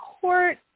court